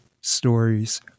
Stories